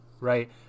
right